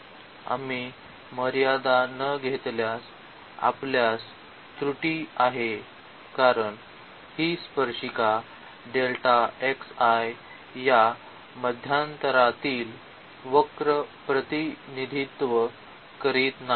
आम्ही मर्यादा न घेतल्यास आपल्यास त्रुटी आहे कारण ही स्पर्शिका या मध्यांतरातील वक्र प्रतिनिधित्व करीत नाही